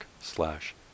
slash